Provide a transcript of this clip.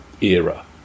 era